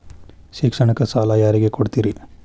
ಶಿಕ್ಷಣಕ್ಕ ಸಾಲ ಯಾರಿಗೆ ಕೊಡ್ತೇರಿ?